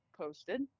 posted